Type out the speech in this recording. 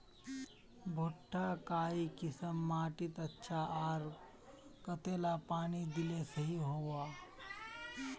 भुट्टा काई किसम माटित अच्छा, आर कतेला पानी दिले सही होवा?